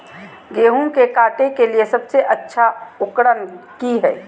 गेहूं के काटे के लिए सबसे अच्छा उकरन की है?